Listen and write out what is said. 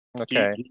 Okay